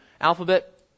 alphabet